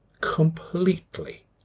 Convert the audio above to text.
completely